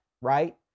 right